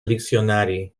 diccionari